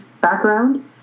background